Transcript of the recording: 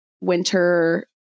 winter